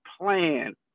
plan